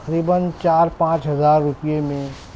تقریباً چار پانچ ہزار روپئے میں